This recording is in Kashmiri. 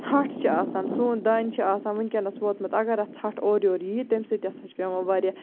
ژھٹھ چھِ آسان سوٚن دانہِ چھُ آسان وٕنکینَس ووتمُت اَگر اَتھ ژھٹھ اورٕ یور یہِ تَمہِ سۭتۍ ہسا چھُ پیوان واریاہ